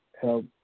help